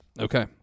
okay